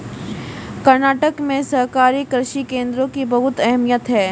कर्नाटक में सहकारी कृषि केंद्रों की बहुत अहमियत है